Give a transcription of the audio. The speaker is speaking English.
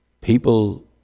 people